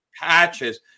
patches